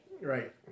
Right